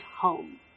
home